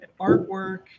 artwork